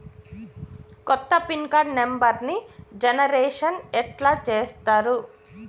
కొత్త pin card నెంబర్ని generation ఎట్లా చేత్తరు?